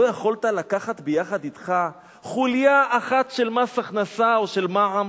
לא יכולת לקחת ביחד אתך חוליה אחת של מס הכנסה או של מע"מ?